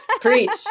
Preach